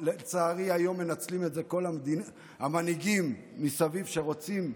לצערי היום מנצלים את זה כל המנהיגים מסביב שרוצים